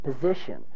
position